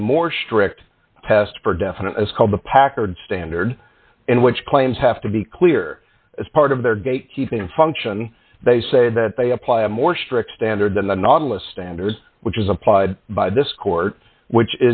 a more strict test for definite is called the packard standard in which claims have to be clear as part of their gatekeeping function they say that they apply a more strict standard than the nautilus standard which is applied by this court which